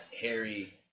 Harry